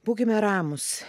būkime ramūs